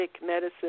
medicine